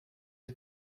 die